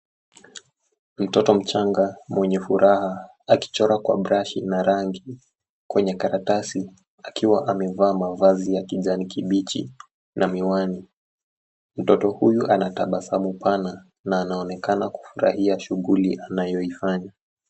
Mtoto mchanga mwenye furaha akichora kwa brashi na rangi kwenye karatasi akiwa amevaa mavazi ya kijani kibichi na miwani. Mtoto huyu ana tabasamu pana na anaonekana kufurahia shuguli anayoifanya.